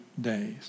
days